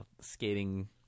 skating